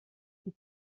die